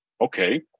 okay